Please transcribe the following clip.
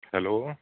hello